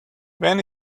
when